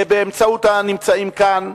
באמצעות הנמצאים כאן,